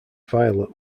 violet